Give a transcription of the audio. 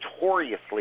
Notoriously